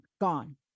gone